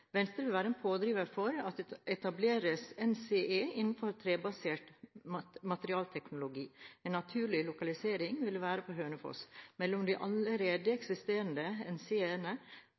Venstre vil være en pådriver for at det etableres NCE innen trebasert materialteknologi. En naturlig lokalisering vil være Hønefoss, mellom de allerede eksisterende